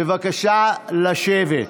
בבקשה לשבת.